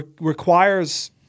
requires